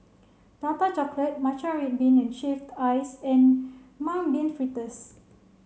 Prata Chocolate Matcha Red Bean and Shaved Ice and Mung Bean Fritters